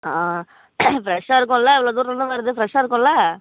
ஆ ஃப்ரெஷ்ஷாக இருக்குதுல்ல இவ்வளோ தூரத்துலருந்து வருது ஃப்ரெஷ்ஷாக இருக்குதுல்ல